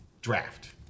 draft